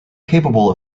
capable